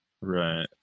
Right